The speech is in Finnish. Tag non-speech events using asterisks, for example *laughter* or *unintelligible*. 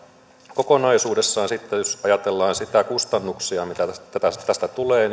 kokonaisuudessaan sitten jos ajatellaan niitä kustannuksia mitä tästä tästä tulee *unintelligible*